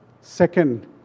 Second